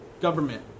government